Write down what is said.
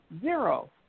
Zero